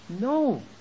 No